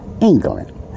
England